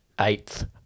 eighth